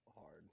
hard